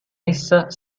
essa